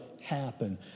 happen